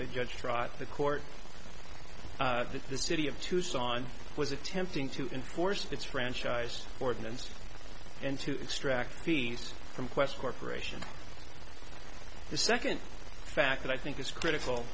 the judge trot the court to the city of tucson was attempting to enforce its franchise ordinance and to extract fees from qwest corporation the second fact that i think is critical